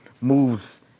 moves